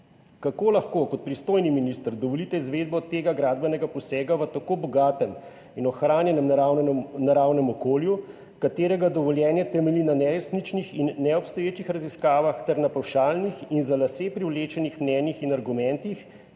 Kako lahko kot pristojni minister dovolite izvedbo tega gradbenega posega v tako bogatem in ohranjenem naravnem okolju, kjer dovoljenje temelji na neresničnih in neobstoječih raziskavah ter na pavšalnih in za lase privlečenih mnenjih in argumentih,